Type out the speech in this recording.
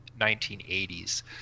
1980s